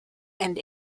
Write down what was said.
and